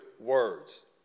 words